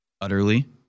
Utterly